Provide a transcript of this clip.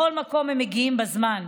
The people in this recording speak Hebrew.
לכל מקום הם מגיעים בזמן.